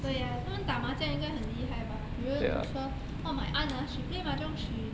对呀他们打麻将应该很厉害吧比如说 !wah! my aunt ah she play mahjong she